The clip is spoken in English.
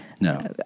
No